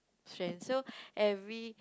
strand so every